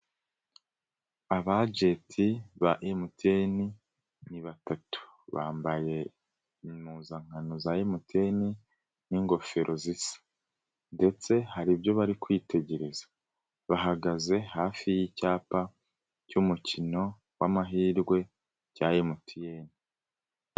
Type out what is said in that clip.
Abajenti ba MTN ni batatu, bambaye impuzankano za MTN n'ingofero zisa ndetse hari ibyo bari kwitegereza. Bahagaze hafi y'icyapa cy'umukino w'amahirwe cya MTN.